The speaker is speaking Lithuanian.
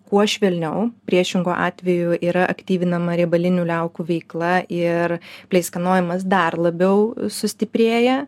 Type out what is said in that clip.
kuo švelniau priešingu atveju yra aktyvinama riebalinių liaukų veikla ir pleiskanojimas dar labiau sustiprėja